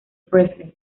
presley